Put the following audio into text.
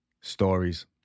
stories